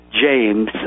James